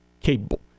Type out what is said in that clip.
capable